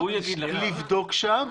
לבדוק שם,